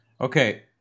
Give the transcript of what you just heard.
Okay